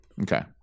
Okay